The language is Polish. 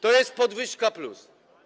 To jest podwyżka+.